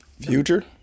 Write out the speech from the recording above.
Future